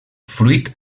fruit